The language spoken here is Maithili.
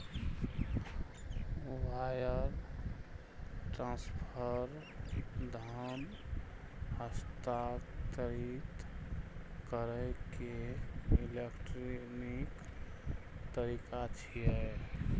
वायर ट्रांसफर धन हस्तांतरित करै के इलेक्ट्रॉनिक तरीका छियै